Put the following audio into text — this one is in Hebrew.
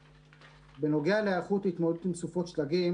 בנוגע להיערכות התמודדות עם סופות שלגים,